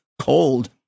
cold